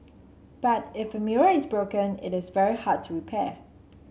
but if a mirror is broken it is very hard to repair